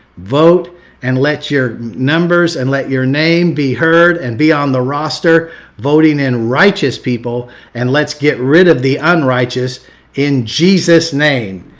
vote and let your numbers and let your name be heard and be on the roster voting in righteous people and let's get rid of the unrighteous in jesus' name.